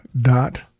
dot